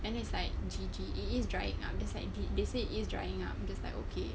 and then it's like G_G it is drying up it's like they say is drying up I'm just like okay